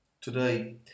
today